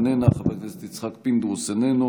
איננה,